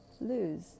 lose